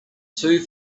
two